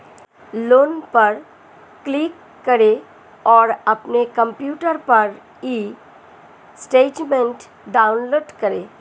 loan पर click करें और अपने कंप्यूटर पर ई स्टेटमेंट डाउनलोड करें